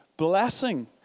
blessing